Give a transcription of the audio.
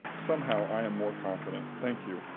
somehow i am more confident. thank you.